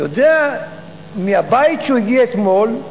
יודע מהבית שהוא הגיע אתמול,